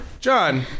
John